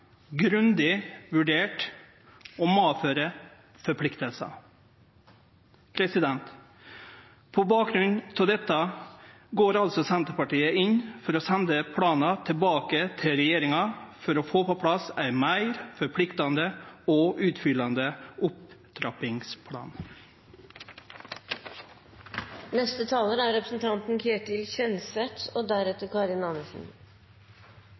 grundig vurderte og må medføre plikter. På bakgrunn av dette går altså Senterpartiet inn for å sende planen tilbake til regjeringa for å få på plass ein meir forpliktande og utfyllande opptrappingsplan. Først av alt en stor takk til Kristelig Folkeparti og representanten